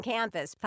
Campus